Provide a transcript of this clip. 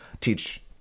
teach